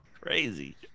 Crazy